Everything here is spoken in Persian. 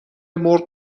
مرغ